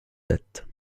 date